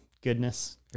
goodness